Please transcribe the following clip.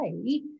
okay